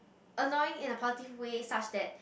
annoying in the positive way such that